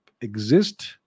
exist